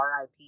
RIP